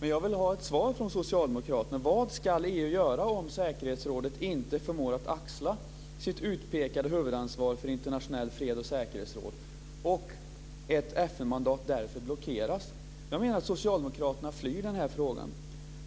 Jag vill ha ett svar från socialdemokraterna. Vad ska EU göra om säkerhetsrådet inte förmår att axla sitt utpekade huvudansvar för internationell fred och säkerhet och ett FN-mandat därför blockeras? Jag menar att socialdemokraterna flyr den här frågan.